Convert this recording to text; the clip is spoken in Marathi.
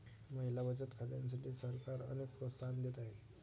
महिला बचत खात्यांसाठी सरकार अनेक प्रोत्साहन देत आहे